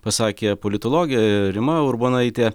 pasakė politologė rima urbonaitė